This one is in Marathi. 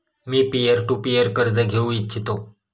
मी पीअर टू पीअर कर्ज घेऊ इच्छितो